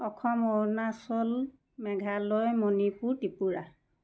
Assam Arunachal Meghalaya Manipur Tripura